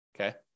okay